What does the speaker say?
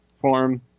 form